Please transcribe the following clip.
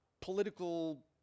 political